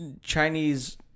Chinese